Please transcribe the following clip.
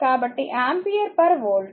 కాబట్టి ఆంపియర్వోల్ట్